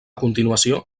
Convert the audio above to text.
continuació